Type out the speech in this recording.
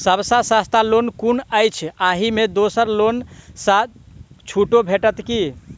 सब सँ सस्ता लोन कुन अछि अहि मे दोसर लोन सँ छुटो भेटत की?